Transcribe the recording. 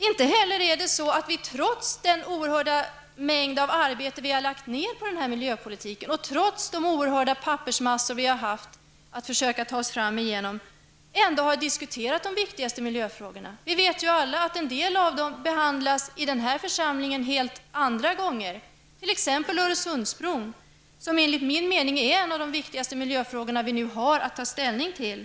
Inte heller har vi, trots den oerhörda mängd arbete vi har lagt ner på miljöpolitiken och trots de oerhörda papperskvantiteter vi har haft att försöka ta oss fram igenom, diskutera de viktigaste miljöfrågorna. Vi vet alla att en del av dem behandlas vid helt andra tillfällen i den här församlingen, t.ex. Öresundsbron, som enligt min mening är en av de viktigaste miljöfrågor vi har att ta ställning till.